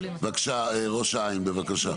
בבקשה ראש העין בבקשה,